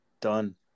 Done